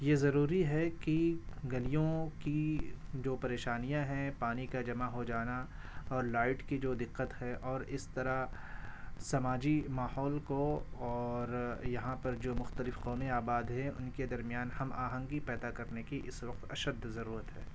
یہ ضروری ہے کہ گلیوں کی جو پریشانیاں ہیں پانی کا جمع ہو جانا اور لائٹ کی جو دقت ہے اور اس طرح سماجی ماحول کو اور یہاں پر جو مختلف قومیں آباد ہے ان کے درمیان ہم آہنگی پیدا کرنے کی اس وقت اشد ضرورت ہے